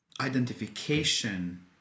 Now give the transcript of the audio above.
identification